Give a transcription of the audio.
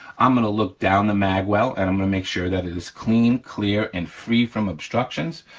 i'm gonna look down the mag well and i'm gonna make sure that it is clean, clear, and free from obstructions.